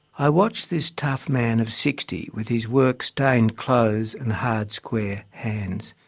i watched this tough man of sixty with his work-stained clothes and hard square hands.